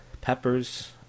peppers